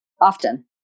often